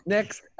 Next